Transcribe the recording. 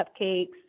cupcakes